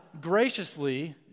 graciously